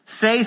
say